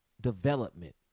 development